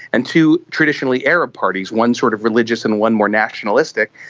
and two traditionally arab parties, one sort of religious and one more nationalistic,